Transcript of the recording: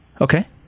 okay